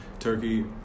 turkey